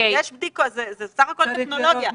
זה סך הכול טכנולוגיה,